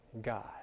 God